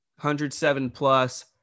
107-plus